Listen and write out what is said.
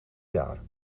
jaar